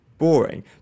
boring